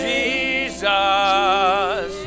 Jesus